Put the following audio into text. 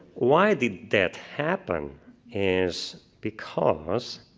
why did that happen is because